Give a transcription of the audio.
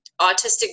autistic